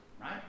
right